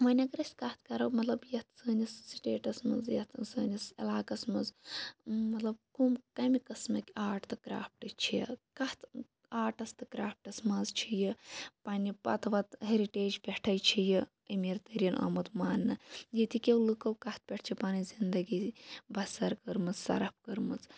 وۄنۍ اگر أسۍ کَتھ کَرَو مَطلَب یَتھ سٲنِس سٹیٹَس مَنٛز یَتھ سٲنِس عَلاقَس مَنٛز مَطلَب کم کمہِ قِسمٕک آرٹ تہٕ کرافٹ چھِ کَتھ آٹَس تہٕ کرافٹَس مَنٛز چھِ یہِ پَننہِ پَتہٕ وَتہٕ ہیٚرِٹیج پیٹھے چھِ یہِ امیٖر تریٖن آمُت ماننہٕ ییٚتہِ کیٚو لُکَو کَتھ پیٹھ چھِ پَنٕنۍ زِنٛدَگی بَسَر کٔرمٕژ صَرَف کٔرمٕژ